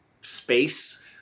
space